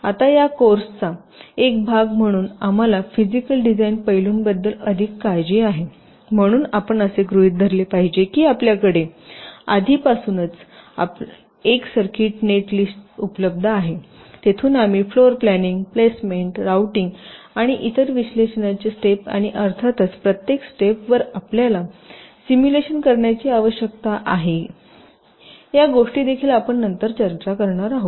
आता या कोर्सचा एक भाग म्हणून आम्हाला फिजिकल डिझाईन पैलूंबद्दल अधिक काळजी आहे म्हणून आपण असे गृहित धरले पाहिजे की आपल्याकडे आधीपासूनच आपल्याकडे एक सर्किट नेटची लिस्ट उपलब्ध आहे आणि तेथून आम्ही फ्लोर प्लँनिंग प्लेसमेंट राऊंटिंगआणि इतर विश्लेषणेचे स्टेप आणि अर्थातच प्रत्येक स्टेपवर आपल्याला सिम्युलेशन करण्याची आवश्यकता आहे या गोष्टी देखील आपण नंतर चर्चा करणार आहोत